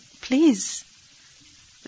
please